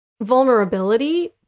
vulnerability